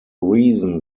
reason